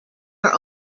are